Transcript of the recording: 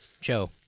Joe